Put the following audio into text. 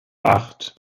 acht